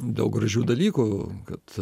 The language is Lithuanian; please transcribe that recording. daug gražių dalykų kad